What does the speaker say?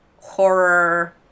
horror